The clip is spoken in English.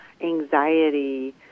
anxiety